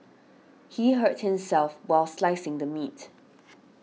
he hurts himself while slicing the meat